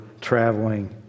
traveling